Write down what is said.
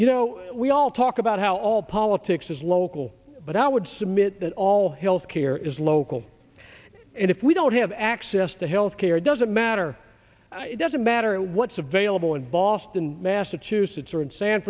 you know we all talk about how all politics is local but i would submit that all healthcare is local and if we don't have access to health care it doesn't matter it doesn't matter what's available in boston massachusetts or in san